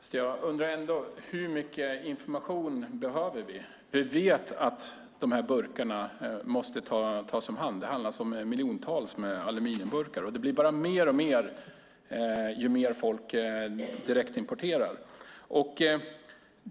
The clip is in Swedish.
Fru talman! Jag undrar ändå hur mycket information vi behöver. Vi vet att burkarna måste tas om hand. Det handlar om miljontals aluminiumburkar, och det blir bara mer och mer ju mer folk direktimporterar.